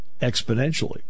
exponentially